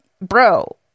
bro